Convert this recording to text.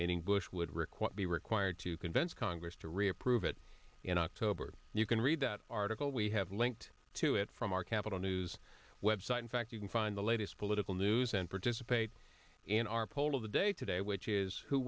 meaning bush would require be required to convince congress to re approve it in october you can read that article we have linked to it from our capital news website in fact you can find the latest political news and participate in our poll of the day today which is who